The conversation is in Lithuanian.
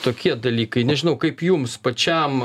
tokie dalykai nežinau kaip jums pačiam